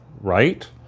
right